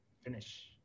Finish